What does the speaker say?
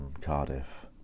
Cardiff